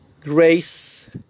grace